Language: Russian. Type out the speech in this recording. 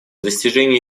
достижение